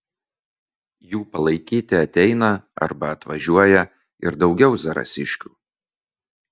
jų palaikyti ateina arba atvažiuoja ir daugiau zarasiškių